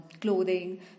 clothing